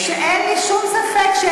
בירושלים מה